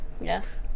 Yes